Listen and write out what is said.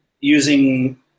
using